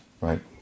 right